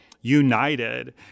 united